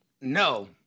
no